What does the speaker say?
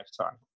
lifetime